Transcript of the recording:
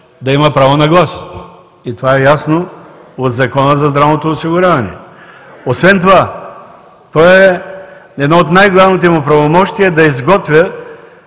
да има право на глас. И това е ясно от Закона за здравното осигуряване. Освен това едно от най-главните му правомощия е да изготвя